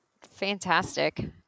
Fantastic